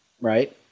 right